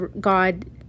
God